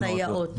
הסייעות,